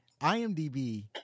IMDb